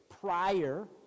prior